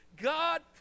god